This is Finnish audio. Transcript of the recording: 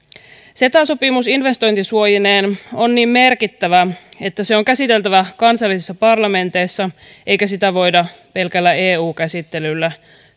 ceta sopimus investointisuojineen on niin merkittävä että se on käsiteltävä kansallisissa parlamenteissa eikä sitä voida pelkällä eu käsittelyllä